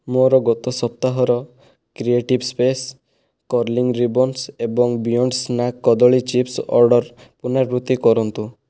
ମୋର ଗତ ସପ୍ତାହର କ୍ରିଏଟିଭ୍ ସ୍ପେସ୍ କର୍ଲିଂ ରିବନସ୍ ଏବଂ ବିୟଣ୍ଡ୍ ସ୍ନାକ୍ କଦଳୀ ଚିପ୍ସ ଅର୍ଡ଼ର୍ ପୁନରାବୃତ୍ତି କରନ୍ତୁ